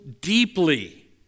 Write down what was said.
deeply